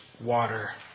water